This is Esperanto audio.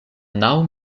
naŭ